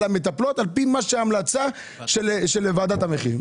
המטפלות על פי ההמלצה של ועדת המחירים.